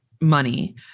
money